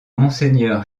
monseigneur